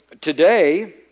today